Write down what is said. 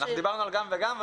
דיברו על גם וגם.